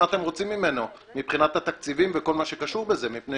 אתם רוצים ממנו מבחינת התקציבים וכל מה שקשור בזה מפני